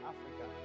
Africa